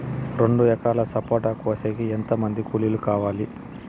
రెండు ఎకరాలు సపోట కోసేకి ఎంత మంది కూలీలు కావాలి?